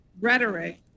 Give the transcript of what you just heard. rhetoric